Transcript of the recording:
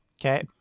Okay